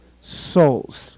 souls